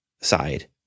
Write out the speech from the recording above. side